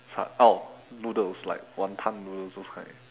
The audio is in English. sa~ oh noodles like wanton noodles those kind